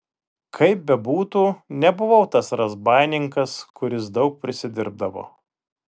kaip bebūtų nebuvau tas razbaininkas kuris daug prisidirbdavo